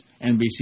NBC